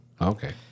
Okay